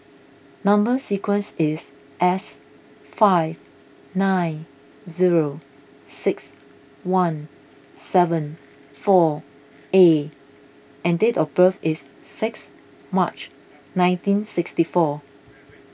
Number Sequence is S five nine zero six one seven four A and date of birth is six March nineteen sixty four